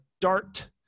dart